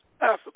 Africa